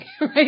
right